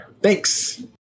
Thanks